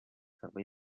servei